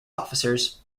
officers